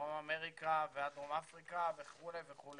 מדרום אמריקה ועד דרום אפריקה וכולי וכולי